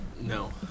no